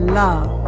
love